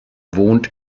wohnt